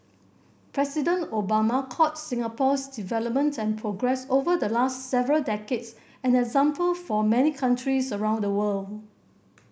President Obama called Singapore's development and progress over the last several decades an example for many countries around the world